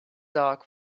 dog